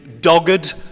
dogged